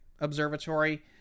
observatory